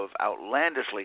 outlandishly